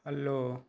follow